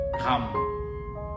come